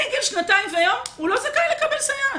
מגיל שנתיים ויום הוא לא זכאי לקבל סייעת.